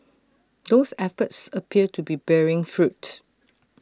those efforts appear to be bearing fruit